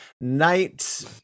night